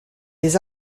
les